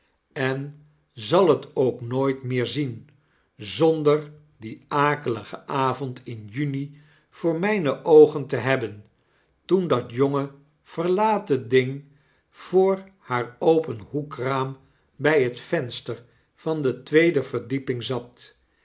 en zal het ook nooit meer zien zonder dien akeligen avond in juni voor myne oogen te hebben toen dat jonge verlaten ding voor haar open hoekraam bij het venster van de tweede verdieping zat